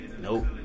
nope